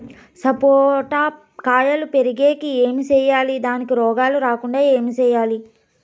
సపోట కాయలు పెరిగేకి ఏమి సేయాలి దానికి రోగాలు రాకుండా ఏమి సేయాలి?